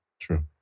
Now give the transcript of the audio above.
True